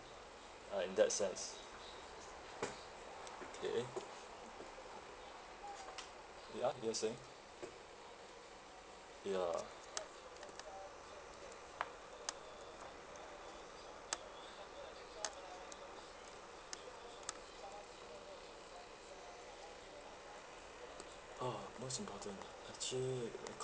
uh in that sense okay ya in that sense ya ah most important actually